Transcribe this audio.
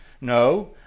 No